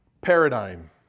paradigm